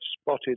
spotted